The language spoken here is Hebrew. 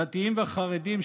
דתיים וחרדים,